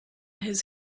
his